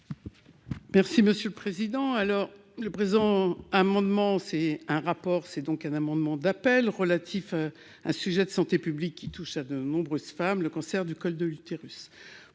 Merci monsieur le président, alors le présent amendement c'est un rapport, c'est donc un amendement d'appel relatif, un sujet de santé publique qui touche à de nombreuses femmes, le cancer du col de l'utérus